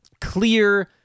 clear